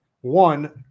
one